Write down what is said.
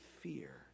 fear